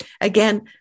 again